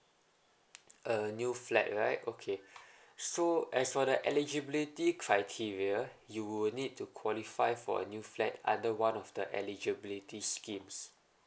uh new flat right okay so as for the eligibility criteria you will need to qualify for a new flat under one of the eligibility schemes